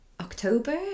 October